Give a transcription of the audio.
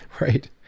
Right